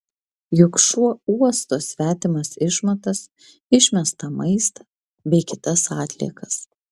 juk šuo uosto svetimas išmatas išmestą maistą bei kitas atliekas